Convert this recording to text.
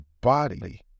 body